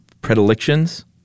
predilections